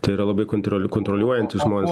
tai yra labai kontrol kontroliuojantys žmonės